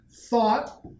thought